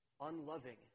Unloving